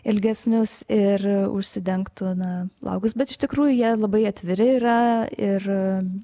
ilgesnius ir užsidengtų na plaukus bet iš tikrųjų jie labai atviri yra ir